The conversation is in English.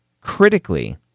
critically